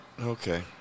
Okay